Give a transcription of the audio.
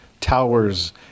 towers